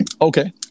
Okay